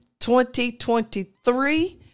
2023